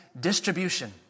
distribution